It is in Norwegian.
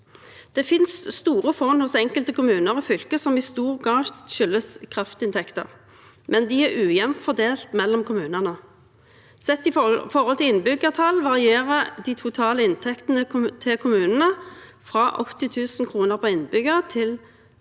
Det finnes store fond hos enkelte kommuner og fylker som i stor grad skyldes kraftinntekter, men de er ujevnt fordelt mellom kommunene. Sett i forhold til innbyggertall varierer de totale inntektene til kommunene fra 80 000 kr per innbygger til 350 000 kr per